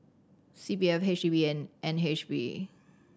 C P F H D B and N H B